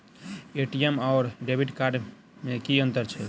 ATM आओर debit card मे की अंतर छैक?